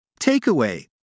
Takeaway